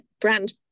brand